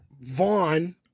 Vaughn